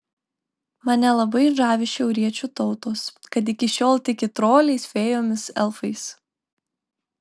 mane labai žavi šiauriečių tautos kad iki šiol tiki troliais fėjomis elfais